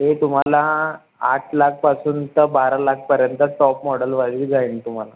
ही तुम्हाला आठ लाखपासून तर बारा लाखपर्यंत टॉप मॉडेलवाइज ही जाईन तुम्हाला